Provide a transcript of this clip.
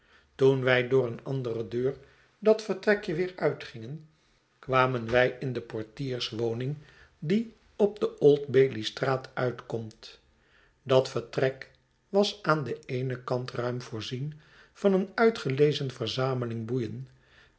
toen wij door een andere deur dat vertrekje weer uitgingen kwamen wij in schetsen van boz de portierswoning die op de old bailey straat uitkomt dat vertrek was aan den eenen kant ruim voorzien van een uitgelezen verzameling boeien